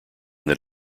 that